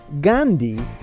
Gandhi